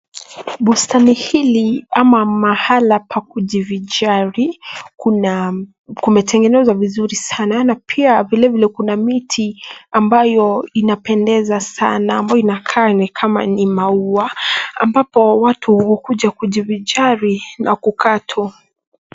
Bustani hili ama mahala pa kujivinjari. Kumetegenezwa vizuri sana na pia vilevile kuna miti ambayo inapendeza sana ambayo inakaa ni kama maua ambapo watu hukuja kujivinjari na kukaa tu.